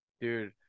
dude